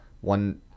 one